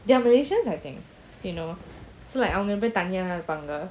they are malaysians I think you know so like அவங்கஎப்பயுமேதனியாத்தான்இருப்பாங்க:avanga epayume thaniyathan irupanga